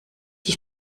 dich